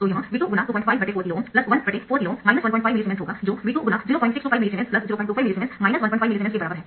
तो यह V2×254KΩ 14KΩ 15 millisiemens होगा जो V2×0625 मिलीसीमेंस 025 मिलीसीमेंस 15 मिलीसीमेंस के बराबर है